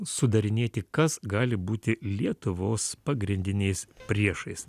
sudarinėti kas gali būti lietuvos pagrindiniais priešais